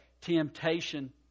temptation